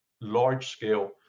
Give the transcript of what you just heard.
large-scale